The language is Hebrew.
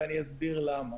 ואני אסביר למה.